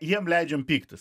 jiem leidžiam pyktis